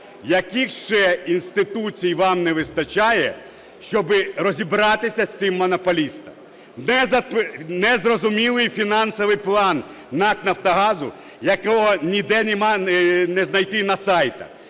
яких ще інституцій вам не вистачає, щоб розібратися з цим монополістом? Незрозумілий фінансовий план НАК "Нафтогазу", якого ніде немає, не знайти на сайтах.